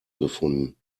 gefunden